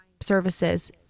services